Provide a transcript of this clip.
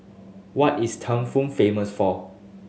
what is Thimphu famous for